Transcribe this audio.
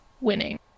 winning